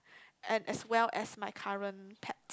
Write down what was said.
and as well as my current pet